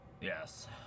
Yes